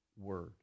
word